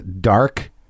dark